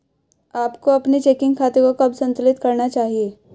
आपको अपने चेकिंग खाते को कब संतुलित करना चाहिए?